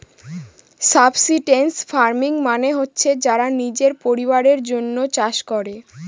subsistence farming মানে হচ্ছে যারা নিজের পরিবারের জন্য চাষ করে